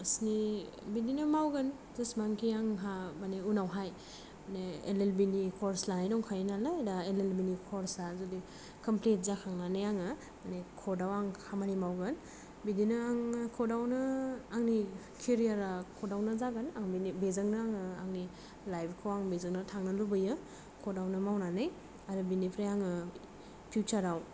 स्नि बिदिनो मावगोन जेसेबांखि आंहा मानि उनावहाय मानि एल एल बि नि कर्च लानाय दंखायो नालाय दा एल एल बि नि कर्चआ कमप्लिट जाखांनानै आङो मानि कर्टआव आं खामानि मावगोन बिदिनो आङो कर्टआवनो आंनि केरियारआ कर्टआवनो जागोन आं बेजोंनो आङो आंनि लाइफखौ आं बेजोंनो थांनो लुबैयो कर्टआवनो मावनानै आरो बिनिफ्राय आङो फिउसारआव